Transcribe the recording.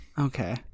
Okay